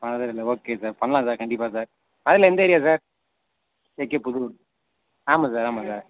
மதுரை தானே okay sir பண்ணலாம் sir கண்டிப்பாக சார் மதுரையில் எந்த ஏரியா சார் கேகே புதூர் ஆமாம் சார் ஆமாம் சார்